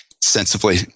sensibly